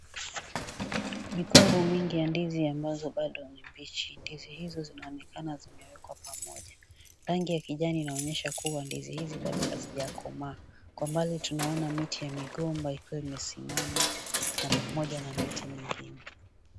Mikungu mingi ya ndizi ambazo bado ni mbichi. Ndizi hizo zinaonekana zimewekwa pamoja. Rangi ya kijani inaonyesha ndizi hizi bado hazija komaa. Kwa mbali tunaona miti ya migomba ikiwa imesimama pamoja na miti mingine.